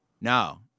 No